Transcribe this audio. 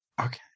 Okay